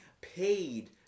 paid